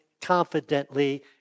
confidently